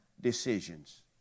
decisions